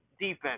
defense